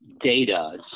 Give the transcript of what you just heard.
data